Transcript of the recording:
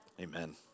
amen